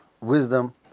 wisdom